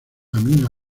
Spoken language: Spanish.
amina